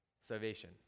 salvation